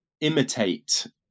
imitate